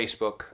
Facebook